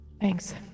Thanks